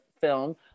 film